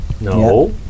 No